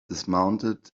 dismounted